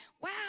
wow